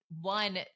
One